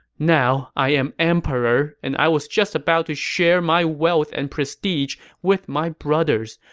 now, i am emperor and i was just about to share my wealth and prestige with my brothers.